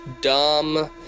dumb